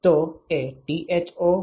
તો Tout એ Tho - Tco છે